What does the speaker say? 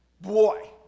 Boy